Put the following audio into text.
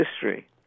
history